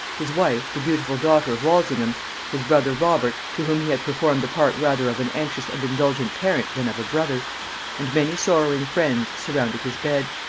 his wife, the beautiful daughter of walsingham his brother robert, to whom he had performed the part rather of an anxious and indulgent parent than of a brother and many sorrowing friends, surrounded his bed.